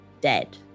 dead